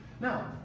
Now